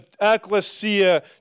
ecclesia